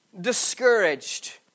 discouraged